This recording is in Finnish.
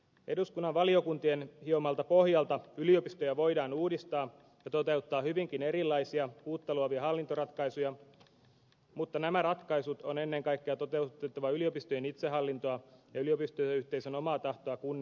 eduskunnan valiokuntien hiomalta pohjalta yliopistoja voidaan uudistaa ja toteuttaa hyvinkin erilaisia uutta luovia hallintoratkaisuja mutta nämä ratkaisut on ennen kaikkea toteutettava yliopistojen itsehallintoa ja yliopistoyhteisön omaa tahtoa kunnioittaen